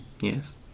Yes